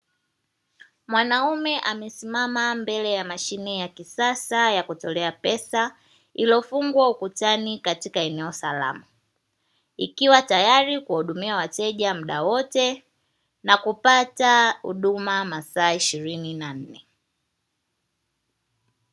Mwanaume amesimama mbele ya Mashine ya kisasa ya kutolea pesa iliyofungwa ukutani katika eneo salama, ikiwa tayari kuwahudumia wateja mda wote na kupata huduma masaa ishirini na nne.